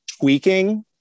tweaking